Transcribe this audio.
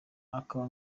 akaba